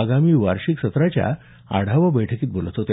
आगामी वार्षिक सत्राच्या आढावा बैठकीत बोलत होते